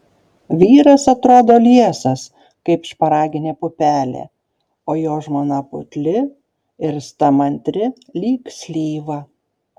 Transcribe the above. vyras atrodo liesas kaip šparaginė pupelė o jo žmona putli ir stamantri lyg slyva